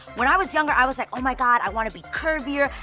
when i was younger i was like, oh my god, i wanna be curvier,